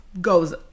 goes